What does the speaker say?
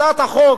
הצעת החוק,